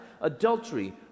Adultery